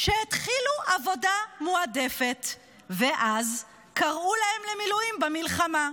שהתחילו עבודה מועדפת ואז קראו להם למילואים במלחמה.